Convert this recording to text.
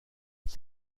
ich